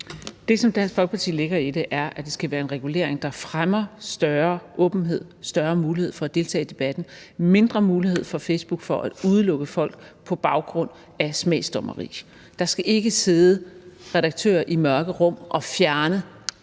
Det, som Dansk Folkeparti lægger i det, er, at det skal være regulering, der fremmer større åbenhed, større mulighed for at deltage i debatten og mindre mulighed for Facebook til at udelukke folk på baggrund af smagsdommeri. Der skal ikke sidde redaktører i mørke rum og fjerne